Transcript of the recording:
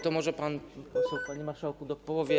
To może pan poseł, panie marszałku, dopowie.